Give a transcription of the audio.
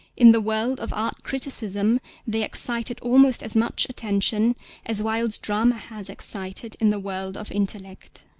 in the world of art criticism they excited almost as much attention as wilde's drama has excited in the world of intellect.